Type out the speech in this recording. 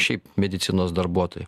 šiaip medicinos darbuotojai